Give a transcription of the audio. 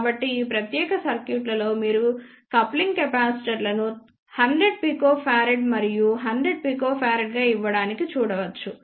కాబట్టి ఈ ప్రత్యేక సర్క్యూట్లో మీరు కప్లింగ్ కెపాసిటర్లను 100 pF మరియు 100 pF గా ఇవ్వడాన్ని చూడవచ్చు